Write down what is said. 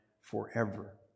forever